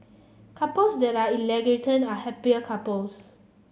couples that are egalitarian are happier couples